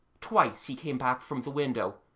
twice he came back from the window,